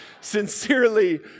Sincerely